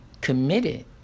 committed